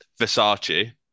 Versace